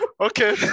okay